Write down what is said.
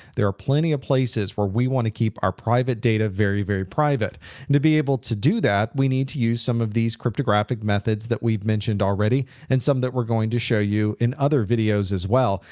there are plenty of places where we want to keep our private data very, very private. and to be able to do that, we need to use some of these cryptographic methods that we've mentioned already, and some that we're going to show you in other videos as well.